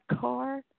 car